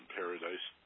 paradise